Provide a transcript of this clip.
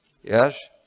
yes